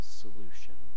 solution